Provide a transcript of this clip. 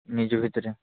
ନିଜ ଭିତରେ